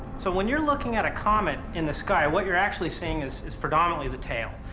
so when you're looking at a comet in the sky, what you're actually seeing is, is predominantly the tail.